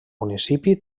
municipi